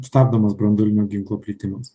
stabdomas branduolinių ginklų plitimas